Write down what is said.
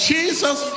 Jesus